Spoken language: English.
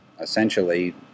essentially